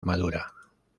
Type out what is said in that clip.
madura